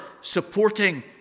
supporting